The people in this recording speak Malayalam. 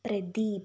പ്രദീപ്